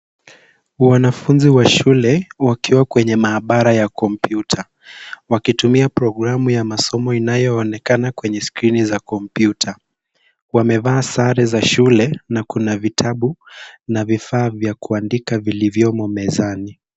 Wanafunzi wa shule wakiwa kwenye maabara ya kompyuta, wakitumia programu ya masomo inayoonekana kwenye skrini za kompyuta. Wamevaa sare za shule na kuna vitabu na vifaa vya kuandika vilivyomo mezani.